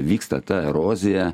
vyksta ta erozija